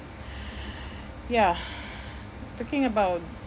ya talking about